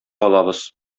калабыз